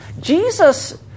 Jesus